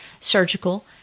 surgical